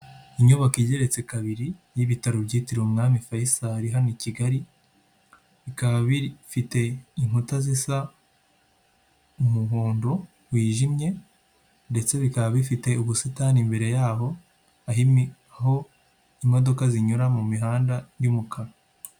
Inyubako igeretse kabiri y'ibitaro byitiriwe umwami Fayisali hano i Kigali, bikaba bifite inkuta zisa umuhondo wijimye ndetse bikaba bifite ubusitani imbere yaho, aho imodoka zinyura mu mihanda y'umukara.